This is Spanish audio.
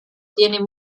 tiene